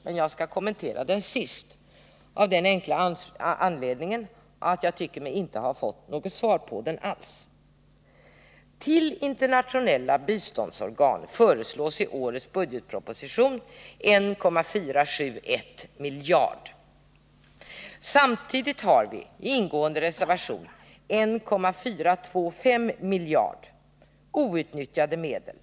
Men jag skall kommentera den sist, av den enkla anledningen att jag tycker mig inte alls ha fått något svar på den. Till internationella biståndsorgan föreslås i årets budgetproposition medel på 1,471 miljarder. Samtidigt har vi i ingående reservation 1,425 miljarder i outnyttjade medel.